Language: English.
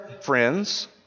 friends